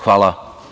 Hvala.